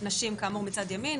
נשים כאמור מצד ימין,